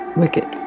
wicked